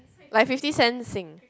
like fifty cent Sing